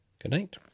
Goodnight